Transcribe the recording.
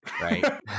right